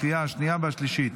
לקריאה השנייה והשלישית.